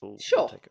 Sure